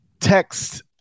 Text